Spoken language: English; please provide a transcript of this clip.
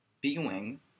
B-Wing